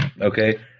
Okay